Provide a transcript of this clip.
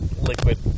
Liquid